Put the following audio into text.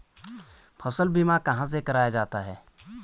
फसल बीमा कहाँ से कराया जाता है?